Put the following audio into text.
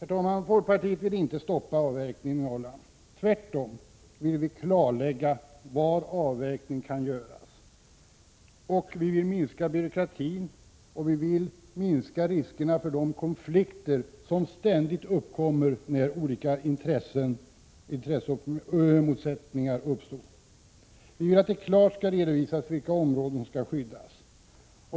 Herr talman! Folkpartiet vill inte stoppa avverkningen i Norrland. Vi vill tvärtom klarlägga var avverkningen kan göras. Vi vill minska byråkratin och minska riskerna för de konflikter som ständigt uppkommer när intressemotsättningar uppstår. Vi vill att det klart skall redovisas vilka områden som skall skyddas.